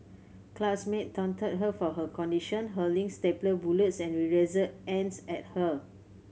classmate taunted her for her condition hurling stapler bullets and eraser ends at her